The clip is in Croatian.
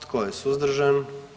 Tko je suzdržan?